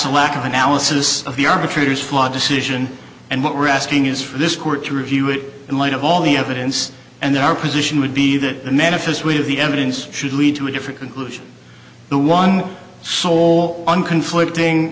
a lack of analysis of the arbitrators flawed decision and what we're asking is for this court to review it in light of all the evidence and then our position would be that the manifest weight of the evidence should lead to a different conclusion the one sole on conflicting